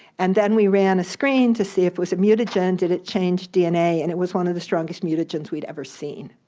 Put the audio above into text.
and then we ran a screen to see if it was a mutagen, did it change dna, and it was one of the strongest mutagens we'd ever seen.